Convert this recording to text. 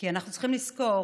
כי אנחנו צריכים לזכור